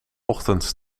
ochtends